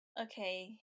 okay